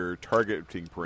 targeting